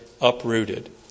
uprooted